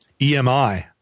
EMI